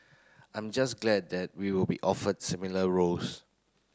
I am just glad that we will be offered similar roles